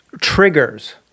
triggers